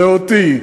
אני.